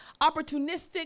opportunistic